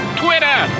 twitter